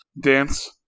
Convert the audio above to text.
dance